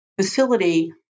facility